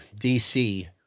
DC